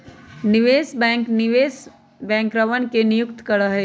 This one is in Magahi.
निवेश बैंक निवेश बैंकरवन के नियुक्त करा हई